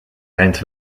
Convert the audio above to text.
rennt